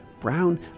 Brown